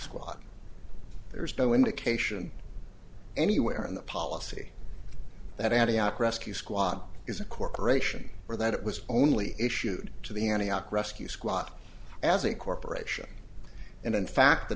squad there's no indication anywhere in the policy that antioch rescue squad is a corporation or that it was only issued to the antioch rescue squad as a corporation and in fact the